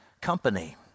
company